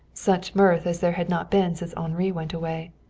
such mirth as there had not been since henri went away.